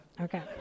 Okay